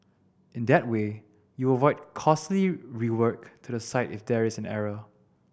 in that way you avoid costly rework to the site if there is an error